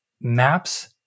maps